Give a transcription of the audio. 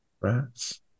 Rats